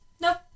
Nope